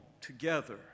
together